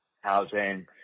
housing